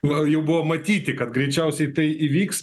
gal jau buvo matyti kad greičiausiai tai įvyks